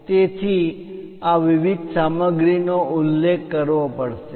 તેથી આ વિવિધ સામગ્રી નો ઉલ્લેખ કરવો પડશે